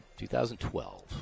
2012